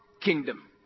kingdom